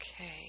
Okay